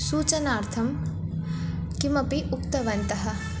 सूचनार्थं किमपि उक्तवन्तः